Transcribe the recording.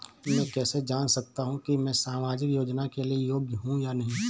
मैं कैसे जान सकता हूँ कि मैं सामाजिक योजना के लिए योग्य हूँ या नहीं?